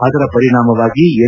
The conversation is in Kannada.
ಅದರ ಪರಿಣಾಮವಾಗಿ ಎಲ್